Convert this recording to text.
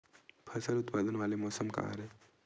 फसल उत्पादन वाले मौसम का हरे?